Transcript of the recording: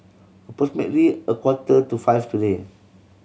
approximately a quarter to five today